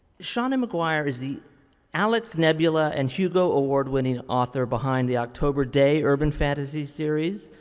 seanan mcguire is the alex, nebula and hugo award winning author behind the october day urban fantasy series,